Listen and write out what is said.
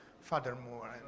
furthermore